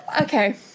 okay